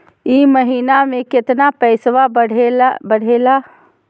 ई महीना मे कतना पैसवा बढ़लेया?